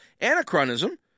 anachronism